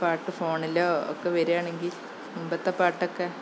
ആ പാട്ട് ഫോണിലോ ഒക്കെ വരുകയാണെങ്കില് മുമ്പത്തെ പാട്ടൊക്കെ